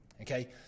okay